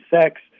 sex